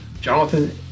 Jonathan